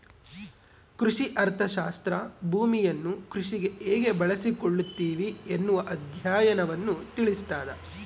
ಕೃಷಿ ಅರ್ಥಶಾಸ್ತ್ರ ಭೂಮಿಯನ್ನು ಕೃಷಿಗೆ ಹೇಗೆ ಬಳಸಿಕೊಳ್ಳುತ್ತಿವಿ ಎನ್ನುವ ಅಧ್ಯಯನವನ್ನು ತಿಳಿಸ್ತಾದ